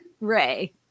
Ray